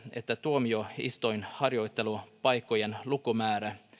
että sellaisten tuomioistuinharjoittelupaikkojen lukumäärä